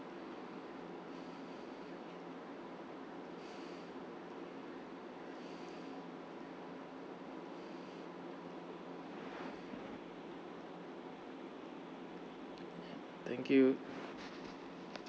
thank you